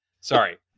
Sorry